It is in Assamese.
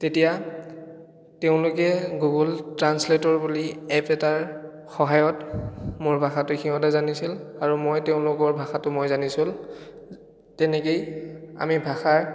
তেতিয়া তেওঁলোকে গুগুল ট্ৰান্সলেটৰ বুলি এপ এটাৰ সহায়ত মোৰ ভাষাটো সিহঁতে জানিছিল আৰু মই তেওঁলোকৰ ভাষাটো মই জানিছিলোঁ তেনেকৈয়ে আমি ভাষাৰ